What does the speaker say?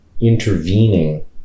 intervening